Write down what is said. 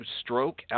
stroke